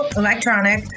electronic